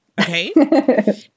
okay